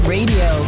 Radio